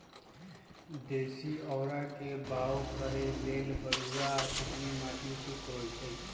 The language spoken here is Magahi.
देशी औरा के बाओ करे लेल बलुआ आ चिकनी माटि उपयुक्त होइ छइ